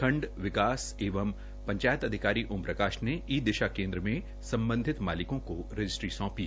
खंड विकास एवं पंचायत अधिकारी ओम प्रकाश ने ई दिशा केन्द्र में सम्बधित मालिकों को रजिस्ट्री सौंपी